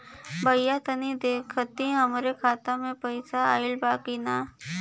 भईया तनि देखती हमरे खाता मे पैसा आईल बा की ना?